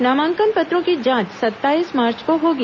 नामांकन पत्रों की जाँच सत्ताईस मार्च को होगी